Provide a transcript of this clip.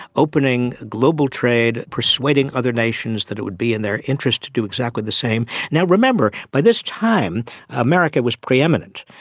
opening global trade, persuading other nations that it would be in their interest to do exactly the same. now remember, by this time america was pre-eminent.